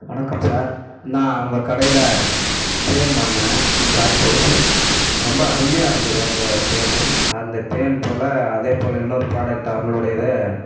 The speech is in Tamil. வணக்கம் சார் நான் உங்கள் கடையில் தேன் வாங்கினேன் ஜாய் ஃபுட்ஸ் ரொம்ப அருமையாக இருந்தது அந்த தேன் அந்த தேன் போல் அதேப்போல் இன்னொரு ப்ரோடக்ட்டாக உங்களுடையது